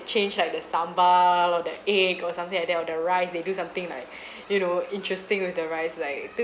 change like the sambal or the egg or something like that on the rice they do something like you know interesting with the rice like